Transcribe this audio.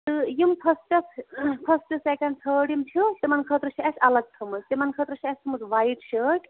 تہٕ یِم فٔسٹَس فٔسٹہٕ سٮ۪کٮ۪نڈ تھٲڈ یِم چھو تِمَن خٲطرٕ چھِ اَسہِ اَلگ تھٲمٕژ تِمَن خٲطرٕ چھِ اَسہِ تھٲمٕژ وایِٹ شٲٹ